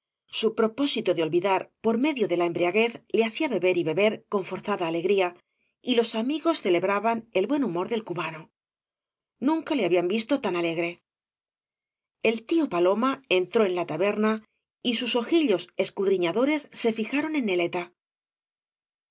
su propósito de olvidar por medio de la embriaguez le hacía beber y beber con forzada alegría y los amigos celebraban el buen humor del cubano nunca le hablan visto tan alegre el tío paloma entró en la taberna y sus ojillos escudriñadores se fijaron en neleta